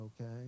okay